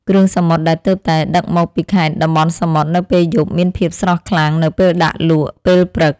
គ្រឿងសមុទ្រដែលទើបតែដឹកមកពីខេត្តតំបន់សមុទ្រនៅពេលយប់មានភាពស្រស់ខ្លាំងនៅពេលដាក់លក់ពេលព្រឹក។